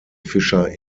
fischer